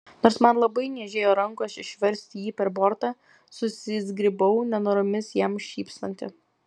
nors man labai niežėjo rankos išversti jį per bortą susizgribau nenoromis jam šypsanti